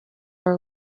are